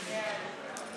חוק הניקוז